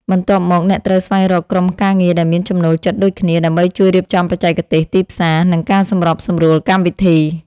បន្ទាប់មក អ្នកត្រូវស្វែងរកក្រុមការងារដែលមានចំណូលចិត្តដូចគ្នា ដើម្បីជួយរៀបចំបច្ចេកទេស ទីផ្សារ និងការសម្របសម្រួលកម្មវិធី។